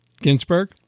Ginsburg